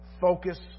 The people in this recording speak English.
focus